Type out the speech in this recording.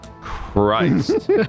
Christ